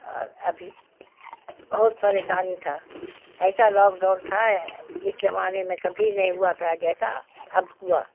اور ابھی بہت پریشانی تھا ایسا لاک ڈاؤن تھا اس زمانے میں کبھی نہیں ہوا تھا جیسا اب ہوا